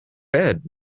bed